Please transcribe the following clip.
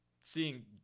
seeing